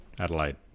Adelaide